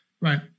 right